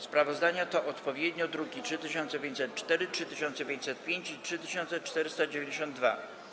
Sprawozdania to odpowiednio druki nr 3504, 3505 i 3492.